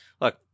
look